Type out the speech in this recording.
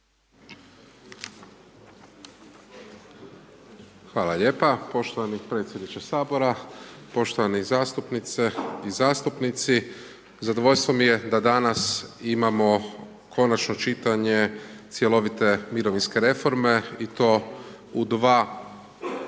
Hvala lijepo. Poštovani predsjedniče Sabora, poštovane zastupnice i zastupnici, zadovoljstvo mi je da danas imamo konačno čitanje cjelovite mirovinske reforme i to u dva paketa